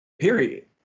period